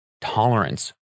tolerance